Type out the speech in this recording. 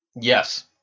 Yes